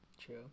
True